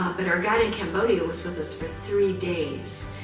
but our guide in cambodia was with us for three days.